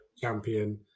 Champion